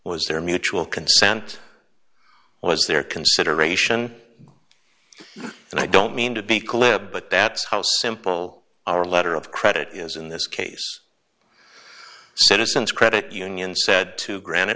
was there a mutual consent was there consideration and i don't mean to be clear but that's how simple our letter of credit is in this case citizens credit union said to granite